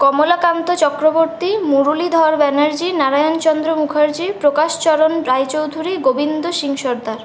Kamalakanta Chakraborty Muralidhar Banerjee Narayan Chandra Mukherjee Prakashcharan Roychowdhury Gobinda Singh Sardar